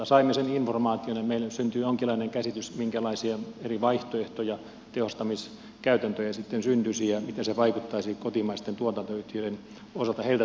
saimme sen informaation ja meille syntyi jonkinlainen käsitys minkälaisia eri vaihtoehtoja tehostamiskäytäntöjä sitten syntyisi ja miten se vaikuttaisi kotimaisten tuotantoyhtiöiden osalta heiltä tuleviin tilauksiin